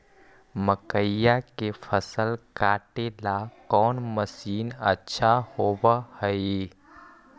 मकइया के फसल काटेला कौन मशीन अच्छा होव हई?